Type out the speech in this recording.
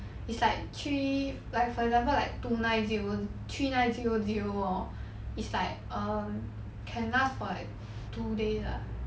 it's like three like for example like two nine zero three nine zero zero hor it's like err can last for like two days ah